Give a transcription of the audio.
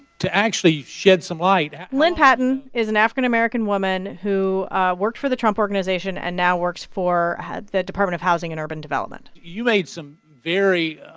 to actually shed some light lynne payton is an african-american woman who worked for the trump organization and now works for the department of housing and urban development you made some very